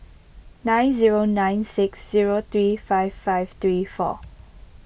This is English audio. nine zero nine six zero three five five three four